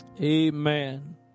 amen